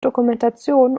dokumentation